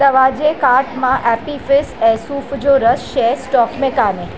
तव्हांजे कार्ट मां Appy Fizz ऐं सूफ़ जो रसु शइ स्टॉक में कान्हे